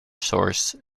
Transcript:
source